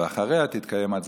ואחריה תתקיים הצבעה.